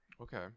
Okay